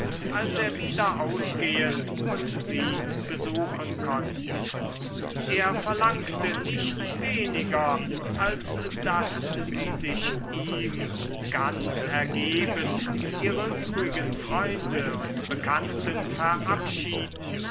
als er wieder ausgehen und sie besuchen konnte er verlangte nichts weniger als daß sie sich ihm ganz ergeben ihre übrigen freunde und bekannten verabschieden